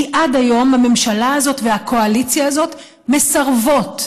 כי עד היום הממשלה הזאת והקואליציה הזאת מסרבות בעקביות,